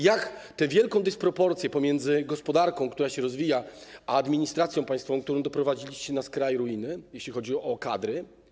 Jak tę wielką dysproporcję pomiędzy gospodarką, która się rozwija, a administracją państwową, którą doprowadziliście na skraj ruiny, jeśli chodzi o kadry.